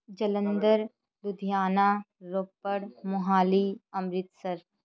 Jalandhar Ludhiana Ropar Mohali Amritsar